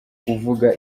kuvuga